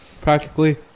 Practically